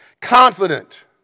confident